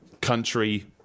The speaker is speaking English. country